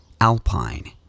alpine